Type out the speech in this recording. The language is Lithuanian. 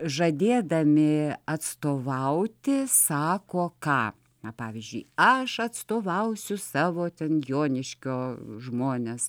žadėdami atstovauti sako ką na pavyzdžiui aš atstovausiu savo ten joniškio žmones